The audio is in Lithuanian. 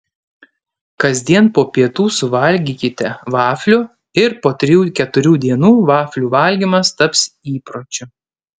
kasdien po pietų suvalgykite vaflių ir po trijų keturių dienų vaflių valgymas taps įpročiu